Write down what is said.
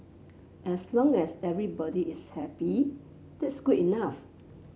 as long as everybody is happy that's good enough